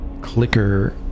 Clicker